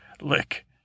Lick